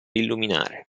illuminare